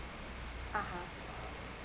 uh